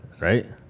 right